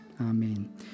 Amen